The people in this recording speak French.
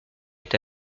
est